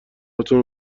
هاتون